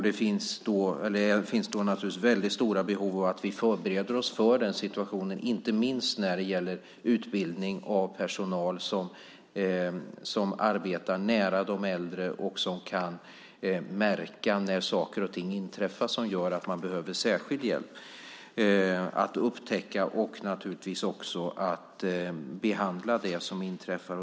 Det finns då stora behov av att vi förbereder oss för den situationen, inte minst när det gäller utbildning av personal som arbetar nära de äldre och som kan märka när saker och ting inträffar som gör att man behöver särskild hjälp. Det handlar om att upptäcka och naturligtvis också om att behandla det som inträffar.